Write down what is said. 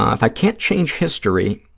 if i can't change history,